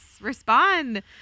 Respond